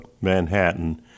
Manhattan